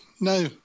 No